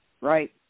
Right